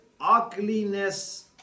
ugliness